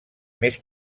més